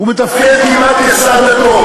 הוא מתפקד כמעט כשר הדתות.